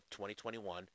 2021